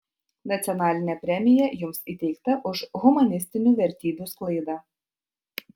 nacionalinė premija jums įteikta už humanistinių vertybių sklaidą